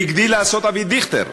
והגדיל לעשות אבי דיכטר: